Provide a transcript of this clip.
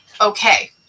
Okay